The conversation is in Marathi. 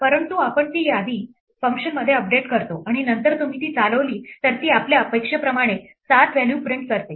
परंतु आपण ती यादी फंक्शनमध्ये अपडेट करतो आणि नंतर तुम्ही ती चालवली तर ती आपल्या अपेक्षेप्रमाणे 7 व्हॅल्यू प्रिंट करते